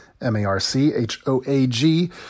M-A-R-C-H-O-A-G